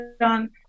on